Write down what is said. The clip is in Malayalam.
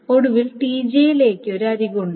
ഒടുവിൽ Tj ലേക്ക് ഒരു അരികുണ്ട്